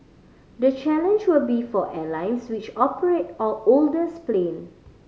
the challenge will be for airlines which operate older planes